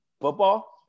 Football